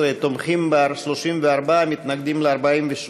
13, תומכים בה 34, מתנגדים לה 43,